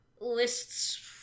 lists